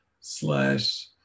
slash